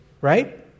Right